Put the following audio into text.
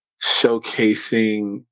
showcasing